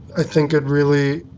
i think it really,